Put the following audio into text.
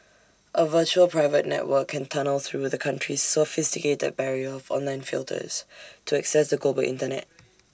A virtual private network can tunnel through the country's sophisticated barrier of online filters to access the global Internet